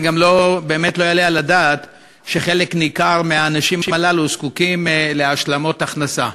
לא יעלה על הדעת שחלק ניכר מהאנשים האלה זקוקים להשלמת הכנסה.